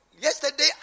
yesterday